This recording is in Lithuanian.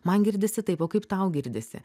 man girdisi taip o kaip tau girdisi